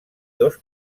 dos